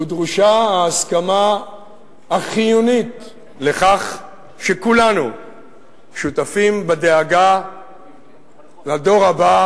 ודרושה ההסכמה החיונית לכך שכולנו שותפים בדאגה לדור הבא